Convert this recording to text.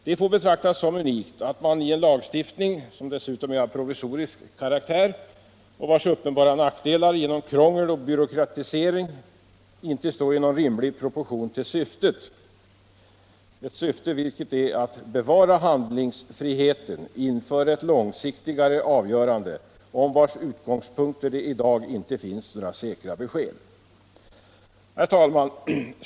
Det får betraktas som unikt att en lagstiftning, som dessutom är av provisorisk karaktär och vars uppenbara nackdelar genom krångel och byråkratisering inte står i rimlig proportion till syftet, vilket är att bevara handlingsfriheten, inför ett långsiktigare avgörande om vars utgångspunkter det i dag inte finns några säkra besked. Herr talman!